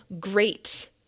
great